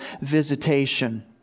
visitation